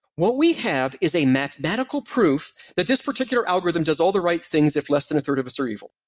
what we have is a mathematical proof that this particular algorithm does all the right things if less than a third of us are evil.